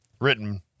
written